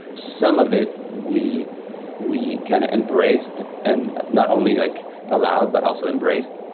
some of it we we kind of embraced and not only like allowed, but also embraced.